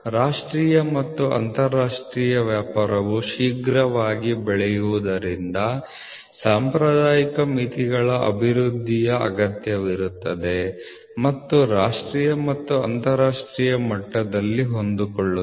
ರಾಷ್ಟ್ರೀಯ ಮತ್ತು ಅಂತರರಾಷ್ಟ್ರೀಯ ವ್ಯಾಪಾರವು ಶೀಘ್ರವಾಗಿ ಬೆಳೆಯುವುದರಿಂದ ಸಾಂಪ್ರದಾಯಿಕ ಮಿತಿಗಳ ಅಭಿವೃದ್ಧಿಯ ಅಗತ್ಯವಿರುತ್ತದೆ ಮತ್ತು ರಾಷ್ಟ್ರೀಯ ಮತ್ತು ಅಂತರರಾಷ್ಟ್ರೀಯ ಮಟ್ಟದಲ್ಲಿ ಹೊಂದಿಕೊಳ್ಳುತ್ತದೆ